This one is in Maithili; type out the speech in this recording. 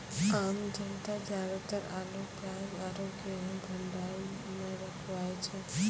आम जनता ज्यादातर आलू, प्याज आरो गेंहूँ भंडार मॅ रखवाय छै